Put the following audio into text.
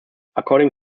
according